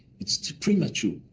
it's premature.